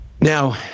Now